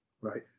Right